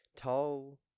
tall